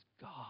God